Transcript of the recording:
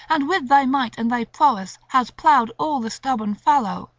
and with thy might and thy prowess hast ploughed all the stubborn fallow,